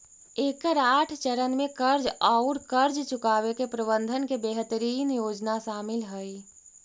एकर आठ चरण में कर्ज औउर कर्ज चुकावे के प्रबंधन के बेहतरीन योजना शामिल हई